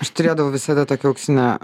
aš turėdavau visada tokią auksinę